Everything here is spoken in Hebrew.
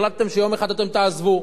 החלטתם שיום אחד אתם תעזבו,